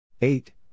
Eight